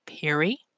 Perry